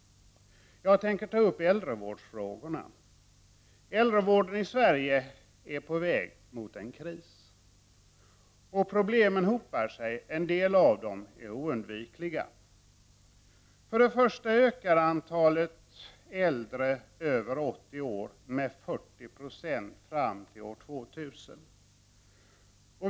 Jag tänker ta upp äldrevårdfrågorna. Äldrevården i Sverige är på väg mot en kris. Problemen hopar sig — en del av dem är oundvikliga. För det första ökar antalet äldre över 80 år med 40 96 fram till år 2000.